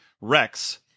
Rex